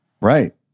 Right